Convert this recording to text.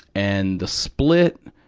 and the split,